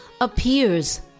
appears